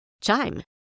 Chime